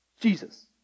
Jesus